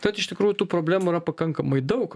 tad iš tikrųjų tų problemų yra pakankamai daug